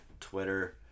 Twitter